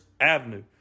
Avenue